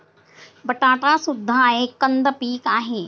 बटाटा सुद्धा एक कंद पीक आहे